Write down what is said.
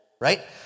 right